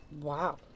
Wow